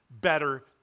better